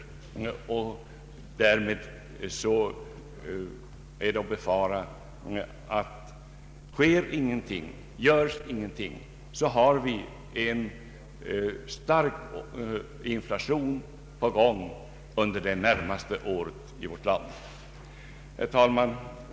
Sker ingenting, görs ingenting, befarar jag att vi under det närmaste året får en stark inflation i vårt land. Herr talman!